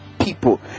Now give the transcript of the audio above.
people